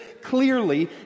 clearly